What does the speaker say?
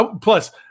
Plus